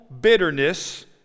bitterness